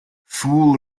fool